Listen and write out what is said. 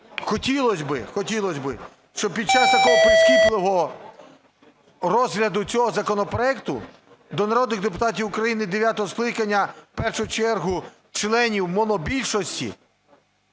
Хотілось би, щоб під час такого прискіпливого розгляду цього законопроекту до народних депутатів України дев'ятого скликання, в першу чергу членів монобільшості,